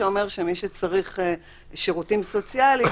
שאומר שמי שצריך שירותים סוציאליים